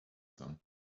them